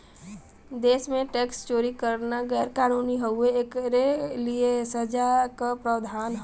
देश में टैक्स चोरी करना गैर कानूनी हउवे, एकरे लिए सजा क प्रावधान हौ